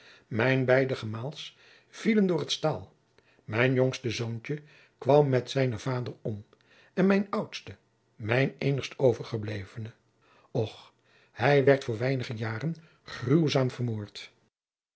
mijn beide gemaals vielen door het staal mijn jongste zoontje kwam met jacob van lennep de pleegzoon zijnen vader om en mijn oudste mijn eenigst overgeblevene och hij werd voor weinige jaren gruwzaam vermoord